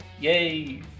Yay